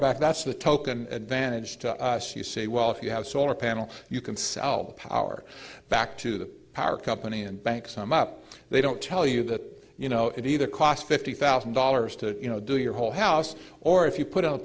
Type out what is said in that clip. back that's the token advantage to us you say well if you have solar panel you can sell power back to the power company and bank some up they don't tell you that you know it either cost fifty thousand dollars to you know do your whole house or if you put in a